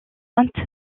sainte